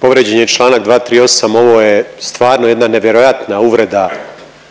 Povrijeđen je Članak 238., ovo je stvarno jedna nevjerojatna uvreda